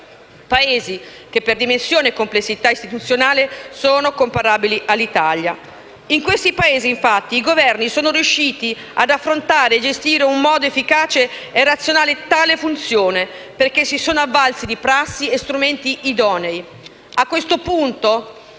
Paesi che, per dimensione e complessità istituzionale, sono comparabili all'Italia. In questi Paesi, infatti, i Governi sono riusciti ad affrontare e gestire in modo efficace e razionale tale funzione, perché si sono avvalsi di prassi e strumenti idonei.